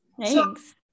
thanks